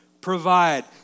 provide